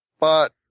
but